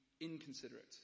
inconsiderate